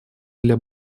для